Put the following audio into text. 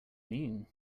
mean